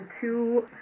two